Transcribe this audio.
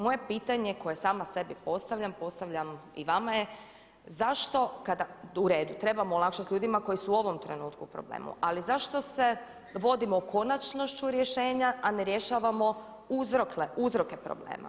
Moje pitanje koje sama sebi postavljam postavljam i vama je zašto kada, u redu trebamo olakšati ljudima koji su u ovom trenutku u problemu, ali zašto se vodimo konačnošću rješenja a ne rješavamo uzroke problema?